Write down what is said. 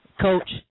coach